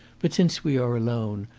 but since we are alone,